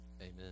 Amen